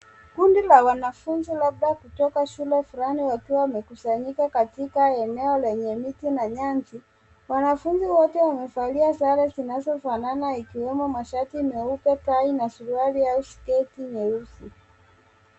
Kundi la wanafunzi labda kutoka shule fulani wakiwa wamekusanyika katika eneo lenye miti na nyasi. Wanafunzi wote wamevalia sare zinazofanana ikiwemo mashati meupe, tai na suruali au sketi nyeusi.